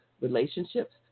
relationships